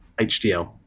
HDL